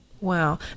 Wow